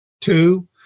two